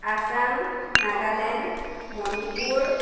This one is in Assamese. আছাম নাগালেণ্ড মণিপুৰ